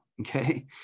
Okay